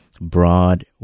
broad